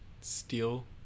steal